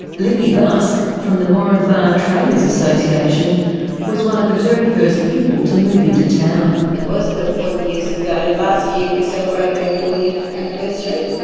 lynnie busk from the moranbah traders association was one of the very first people to move into town. it was built forty years ago. last year we celebrated our fortieth anniversary